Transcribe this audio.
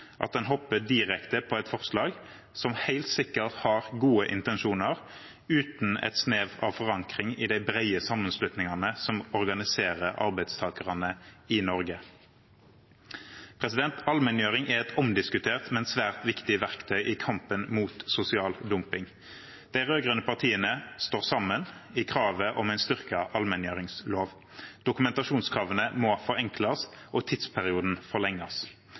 at en hopper direkte på et forslag, som helt sikkert har gode intensjoner, uten et snev av forankring i de brede sammenslutningene som organiserer arbeidstakerne i Norge. Allmenngjøring er et omdiskutert, men svært viktig verktøy i kampen mot sosial dumping. De rød-grønne partiene står sammen i kravet om en styrket allmenngjøringslov. Dokumentasjonskravene må forenkles, og tidsperioden forlenges.